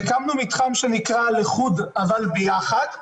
והקמנו מתחם שנקרא "לחוד אבל ביחד".